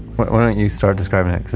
why don't you start describing it,